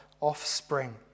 offspring